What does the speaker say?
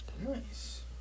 nice